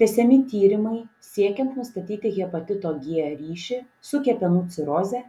tęsiami tyrimai siekiant nustatyti hepatito g ryšį su kepenų ciroze